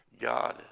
God